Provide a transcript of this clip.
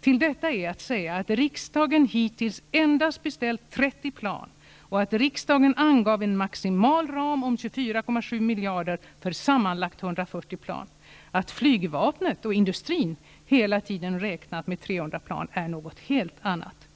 Till detta är att säga att riksdagen hittills endast beställt 30 plan och att riksdagen angav en maximal ram om 24,7 miljarder för sammanlagt 140 plan. Att flygvapnet och industrin hela tiden räknat med över 300 plan är något helt annat.